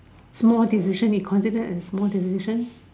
small decision you consider as small decision